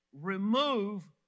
remove